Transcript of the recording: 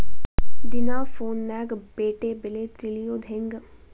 ದಿನಾ ಫೋನ್ಯಾಗ್ ಪೇಟೆ ಬೆಲೆ ತಿಳಿಯೋದ್ ಹೆಂಗ್?